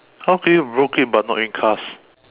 how can you broke it but not in cast